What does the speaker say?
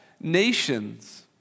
nations